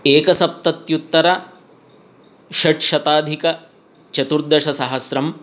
एकसप्ततित्युत्तरषट्शताधिकचतुर्दशसहस्रम्